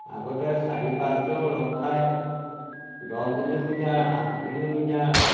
আগতে চাৰি পাঁচজন লগ খাই দহ কিলোমিটাৰ আঠ কিলোমিটাৰ